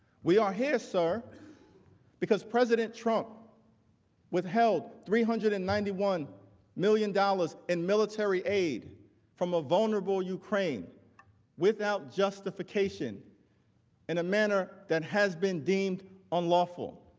we are here, sir because president trump with child three hundred and ninety one million dollars in military aid from a vulnerable ukraine without justification in a manner that has been deemed unlawful.